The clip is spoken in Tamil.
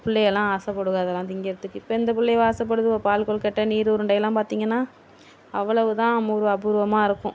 பிள்ளைகளாம் ஆசைப்படுங்க அதெல்லாம் திங்கிறதுக்கு இப்போ எந்த பிள்ளைக ஆசைப்படுதுவோ பால் கொழுக்கட்டை நீர் உருண்டையெல்லாம் பார்த்திங்கனா அவ்வளவு தான் அபூர்வமாயிருக்கும்